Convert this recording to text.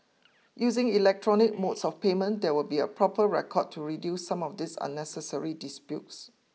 using electronic modes of payment there will be a proper record to reduce some of these unnecessary disputes